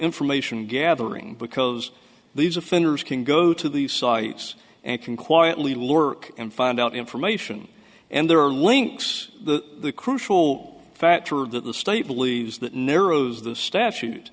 information gathering because these offenders can go to these sites and can quietly lurk and find out information and there are links the crucial factor that the state believes that narrows the statute